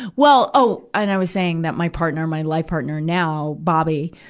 well oh, and i was saying that my partner, my life partner now, bobby,